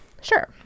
Sure